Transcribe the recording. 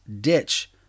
ditch